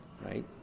right